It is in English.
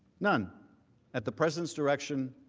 none at the president's direction